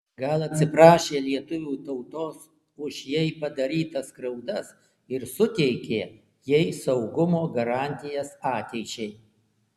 gal atsiprašė lietuvių tautos už jai padarytas skriaudas ir suteikė jai saugumo garantijas ateičiai